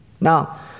Now